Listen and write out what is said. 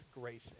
grace